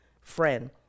friend